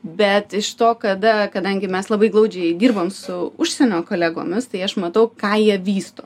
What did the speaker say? bet iš to kada kadangi mes labai glaudžiai dirbam su užsienio kolegomis tai aš matau ką jie vysto